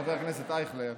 חבר הכנסת אייכלר,